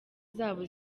zabo